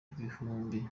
ibihumbi